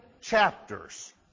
chapters